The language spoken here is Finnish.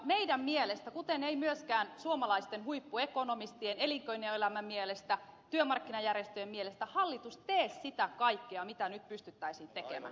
meidän mielestämme kuten myöskin suomalaisten huippuekonomistien elinkeinoelämän mielestä työmarkkinajärjestöjen mielestä hallitus ei tee sitä kaikkea mitä nyt pystyttäisiin tekemään